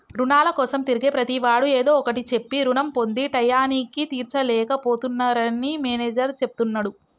రుణాల కోసం తిరిగే ప్రతివాడు ఏదో ఒకటి చెప్పి రుణం పొంది టైయ్యానికి తీర్చలేక పోతున్నరని మేనేజర్ చెప్తున్నడు